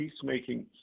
peacemaking